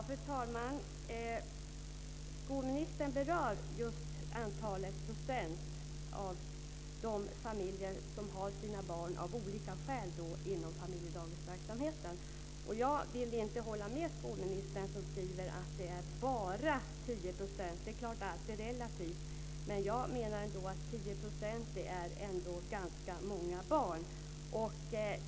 Fru talman! Skolministern berör just den procentandel familjer som av olika skäl har sina barn inom familjedaghemsverksamheten. Jag vill inte hålla med skolministern, som skriver att det är "bara" 10 %. Det är klart att allt är relativt, men jag menar ändå att 10 % är ganska många barn.